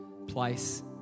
place